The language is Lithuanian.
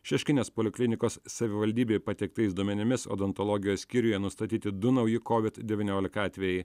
šeškinės poliklinikos savivaldybei pateiktais duomenimis odontologijos skyriuje nustatyti du nauji covid devyniolika atvejai